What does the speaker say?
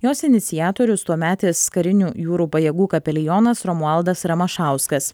jos iniciatorius tuometis karinių jūrų pajėgų kapelionas romualdas ramašauskas